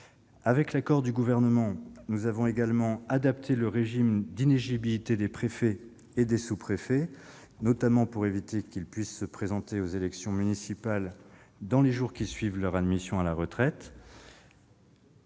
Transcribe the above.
Avec l'accord du Gouvernement, nous avons également adapté le régime d'inéligibilité des préfets et des sous-préfets, notamment pour éviter qu'ils ne puissent se présenter aux élections municipales dans les jours qui suivent leur admission à la retraite.